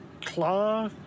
claw